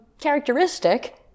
characteristic